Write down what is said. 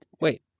wait